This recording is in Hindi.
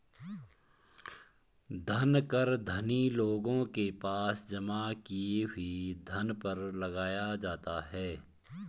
धन कर धनी लोगों के पास जमा किए हुए धन पर लगाया जाता है